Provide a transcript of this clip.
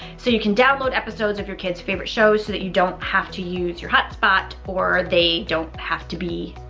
so you can download episodes of your kids favorite shows so that you don't have to use your hotspot or they don't have to be